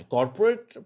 Corporate